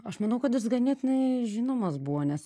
aš manau kad jis ganėtinai žinomas buvo nes